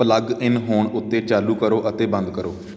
plug in ਹੋਣ ਉੱਤੇ ਚਾਲੂ ਕਰੋ ਅਤੇ ਬੰਦ ਕਰੋ